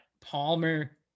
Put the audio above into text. Palmer